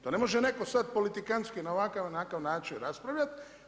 To ne može netko sad politikanski na ovakav ili onakav način raspravljati.